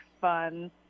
fun